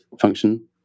function